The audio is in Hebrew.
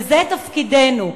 וזה תפקידנו: